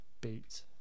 beat